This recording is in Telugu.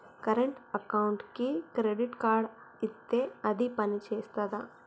కరెంట్ అకౌంట్కి క్రెడిట్ కార్డ్ ఇత్తే అది పని చేత్తదా?